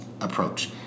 approach